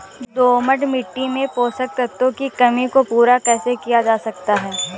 दोमट मिट्टी में पोषक तत्वों की कमी को पूरा कैसे किया जा सकता है?